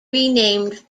renamed